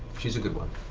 she's a good one.